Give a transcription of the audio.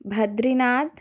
Badrinath